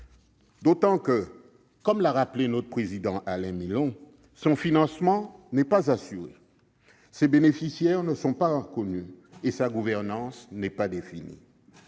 d'autant que, comme l'a rappelé notre président Alain Milon, « son financement n'est pas assuré, ses bénéficiaires ne sont pas connus et sa gouvernance n'est pas définie